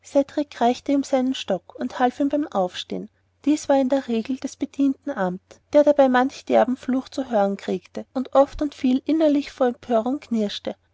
reichte ihm seinen stock und half ihm beim aufstehen dies war in der regel des bedienten amt der dabei manch derben fluch zu hören kriegte und oft und viel innerlich vor empörung knirschte